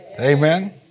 Amen